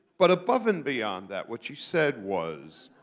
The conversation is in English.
but above and beyond that what she said was,